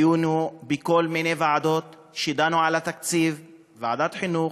היינו בכל מיני ועדות שדנו על התקציב: ועדת חינוך,